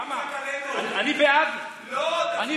למה, אני בעד, לא, תצביע נגד.